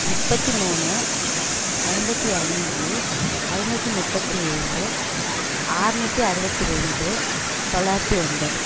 முப்பத்தி மூணு ஐம்பத்தி அஞ்சு ஐநூற்றி முப்பத்தி ஏழு ஆற்நூற்றி அருபத்தி ரெண்டு தொள்ளாயிரத்தி ஒன்பது